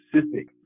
specific